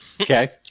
Okay